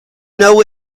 know